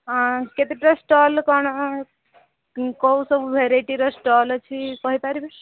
ହଁ କେତେଟା ଷ୍ଟଲ୍ କ'ଣ କେଉଁ ସବୁ ଭେରାଇଟ୍ର ଷ୍ଟଲ୍ ଅଛି କହି ପାରିବେ